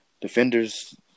defenders